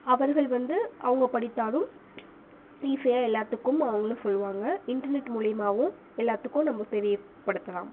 அவர்கள் வந்து அவங்க படித்தாலும் ஈஸியாக எல்லாத்துக்கும் அவங்களும் சொல்வாங்க இன்டர்நெட் மூலயுமாவும் எல்லாத்துக்கும் நம்ம தெரியப்படுத்தலாம்